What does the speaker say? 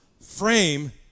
frame